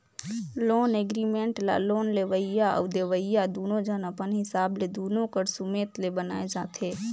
loan agreement ल loan लेवइया अउ देवइया दुनो झन अपन हिसाब ले दुनो कर सुमेत ले बनाए जाथें